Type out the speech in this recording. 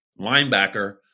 linebacker